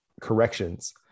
corrections